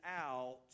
out